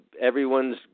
Everyone's